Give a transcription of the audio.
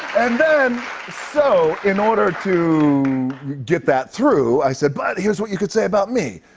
and then so, in order to get that through, i said, but here's what you could say about me.